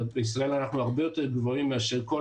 בישראל אנחנו הרבה יותר גבוהים מאשר כמעט